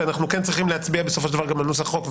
ואנחנו כן צריכים להצביע בסופו של דבר גם על נוסח חוק,